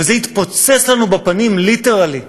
וזה התפוצץ לנו בפנים, ליטרלי.